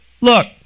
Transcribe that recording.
look